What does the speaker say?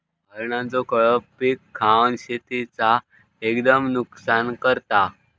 हरणांचो कळप पीक खावन शेतीचा एकदम नुकसान करता